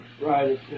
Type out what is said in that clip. right